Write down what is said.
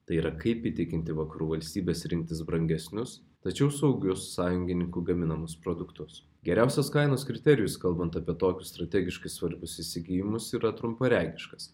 tai yra kaip įtikinti vakarų valstybes rinktis brangesnius tačiau saugius sąjungininkų gaminamus produktus geriausias kainos kriterijus kalbant apie tokius strategiškai svarbius įsigijimus yra trumparegiškas